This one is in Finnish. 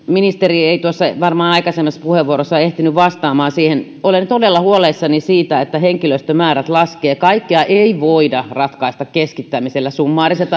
ministeri ei varmaan aikaisemmassa puheenvuorossaan ehtinyt vastaamaan siihen olen todella huolissani siitä että henkilöstömäärät laskevat kaikkea ei voida ratkaista keskittämisellä summaariset